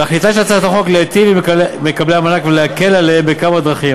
תכליתה של הצעת החוק להיטיב עם מקבלי המענק ולהקל עליהם בכמה דרכים,